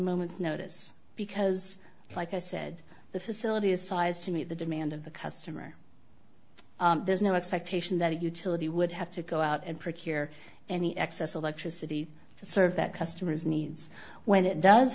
moment's notice because like i said the facility is sized to meet the demand of the customer there's no expectation that utility would have to go out and procure any excess electricity to serve that customer's needs when it does